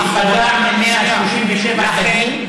והיא תיפגע מ-137 דגים?